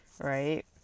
right